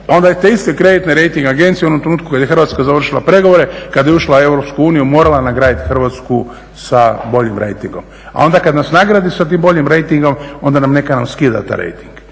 onda je taj isti kreditni rejting agencije u onom trenutku kada je Hrvatska završila pregovore, kada je ušla u EU morala nagraditi Hrvatsku sa boljim rejtingom. A onda kada nas nagradi sa tim boljim rejtingom onda neka nam skida taj rejting.